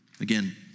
Again